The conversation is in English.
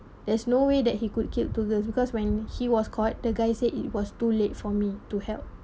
there's no way that he could killed two girls because when he was caught the guy said it was too late for me to help